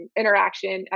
interaction